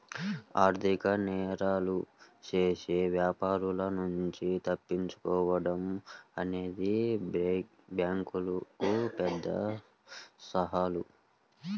ఆర్థిక నేరాలు చేసే వ్యాపారుల నుంచి తప్పించుకోడం అనేది బ్యేంకులకు పెద్ద సవాలు